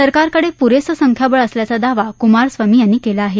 सरकारकडे पुरेसं संख्याबळ असल्याचा दावा कुमारस्वामी यांनी केला आहे